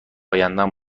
ایندم